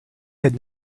had